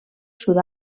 sud